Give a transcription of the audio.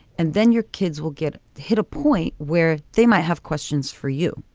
and then your kids will get hit a point where they might have questions for you.